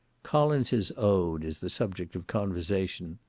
collins's ode is the subject of conversation.